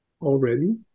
already